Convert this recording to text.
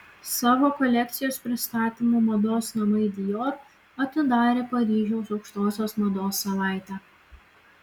savo kolekcijos pristatymu mados namai dior atidarė paryžiaus aukštosios mados savaitę